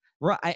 Right